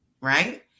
right